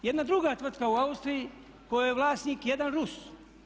Jedna druga tvrtka u Austriji kojoj je vlasnik jedan Rus.